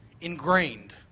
ingrained